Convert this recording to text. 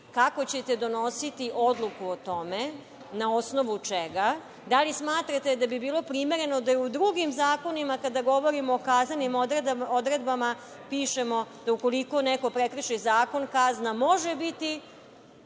Kako ćete donositi odluku o tome, na osnovu čega? Da li smatrate da bi bilo primereno da u drugim zakonima kada govorimo o kaznenim odredbama pišemo da ukoliko neko prekrši zakon kazna može biti